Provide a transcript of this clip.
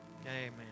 Amen